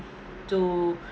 to